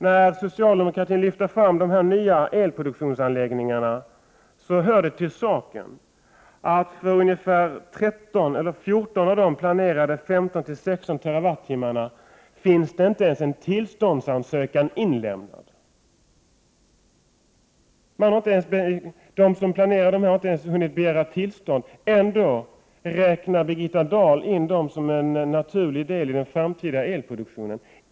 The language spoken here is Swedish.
När nu socialdemokraterna lyfter fram de här nya elproduktionsanläggningarna, hör det till saken att det för de 13-14 TWh av planerade 15-16 TWh inte ens finns en tillståndsansökan inlämnad. De som planerar de här anläggningarna har inte ens hunnit begära tillstånd. Birgitta Dahl räknar ändå dessa anläggningar som en naturlig del i den framtida elproduktionen.